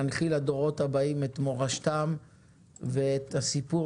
ולהנחיל לדורות הבאים את מורשתם ואת הסיפור